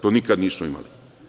To nikada nismo imali.